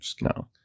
No